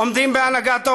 עומדים בהנהגת האופוזיציה,